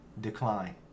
Decline